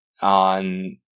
on